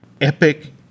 epic